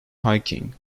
hiking